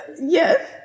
Yes